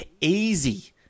easy